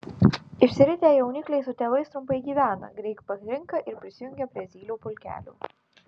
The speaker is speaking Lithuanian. išsiritę jaunikliai su tėvais trumpai gyvena greit pakrinka ir prisijungia prie zylių pulkelių